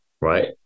right